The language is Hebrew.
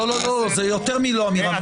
זה יותר מלא אמירה מכובדת.